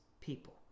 people